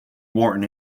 worn